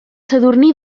sadurní